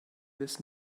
this